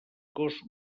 cos